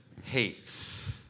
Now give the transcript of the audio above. hates